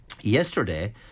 Yesterday